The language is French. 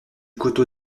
coteau